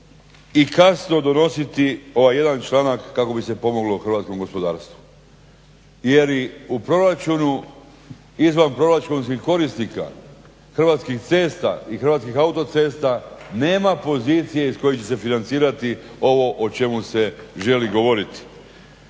i kasno donositi i ovaj jedan članak kako bi se pomoglo hrvatskom gospodarstvu jer i u proračunu izvanproračunskih korisnika Hrvatskih cesta i Hrvatskih autocesta nema pozicije iz koje će se financirati ovo o čemu se želi govoriti.